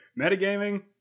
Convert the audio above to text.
metagaming